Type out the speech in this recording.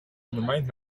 ondermijnt